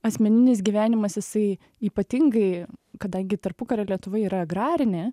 asmeninis gyvenimas jisai ypatingai kadangi tarpukario lietuva yra agrarinė